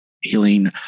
healing